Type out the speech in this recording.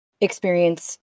experience